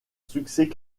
succès